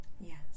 Yes